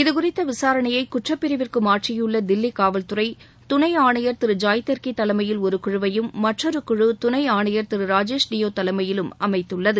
இதுகுறித்த விசாரணையை குற்றப்பிரிவிற்கு மாற்றியுள்ள தில்லி காவல்துறை துணை ஆணையர் திரு ஜாய் தெர்கி தலைமையில் ஒரு குழுவையும் மற்றொரு குழு துணை ஆணையர் திரு ராஜேஷ் டியோ தலைமையிலும் அமைந்துள்ளது